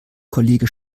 kollege